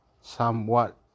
somewhat